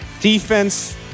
Defense